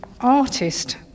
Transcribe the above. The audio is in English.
artist